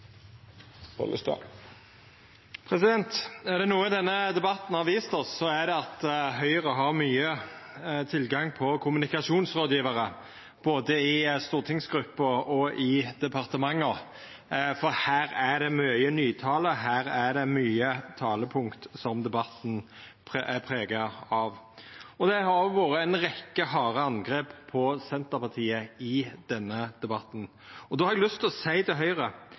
Er det noko denne debatten har vist oss, er det at Høgre har god tilgang på kommunikasjonsrådgjevarar, både i stortingsgruppa og i departementa, for her er det mykje nytale, her er det mykje talepunkt debatten er prega av. Det har òg vore ei rekkje harde angrep på Senterpartiet i denne debatten. Då har eg lyst til å seia til Høgre